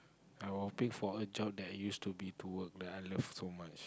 I was hoping for a job that used to be to work that I loved so much